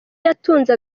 yatunze